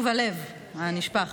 טוב הלב הנשפך,